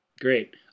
Great